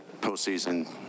postseason